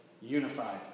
unified